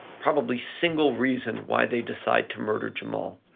probably single reason why they decide to murder jamal,